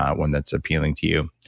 one that's appealing to you.